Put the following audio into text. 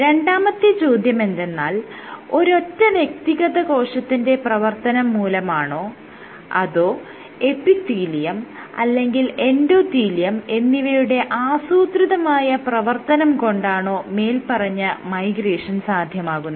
രണ്ടാമത്തെ ചോദ്യമെന്തെന്നാൽ ഒരൊറ്റ വ്യക്തിഗത കോശത്തിന്റെ പ്രവർത്തനം മൂലമാണോ അതോ എപ്പിത്തീലിയം അല്ലെങ്കിൽ എൻഡോത്തീലിയം എന്നിവയുടെ ആസൂത്രിതമായ പ്രവർത്തനം കൊണ്ടാണോ മേല്പറഞ്ഞ മൈഗ്രേഷൻ സാധ്യമാകുന്നത്